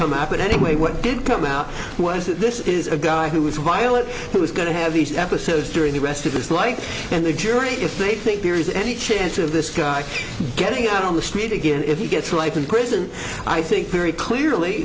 come out but anyway what did come out was that this is a guy who was violent who is going to have these episodes during the rest of his life and the jury if they think there is any chance of this guy getting out on the street again if he gets life in prison i think very clearly